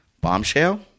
Bombshell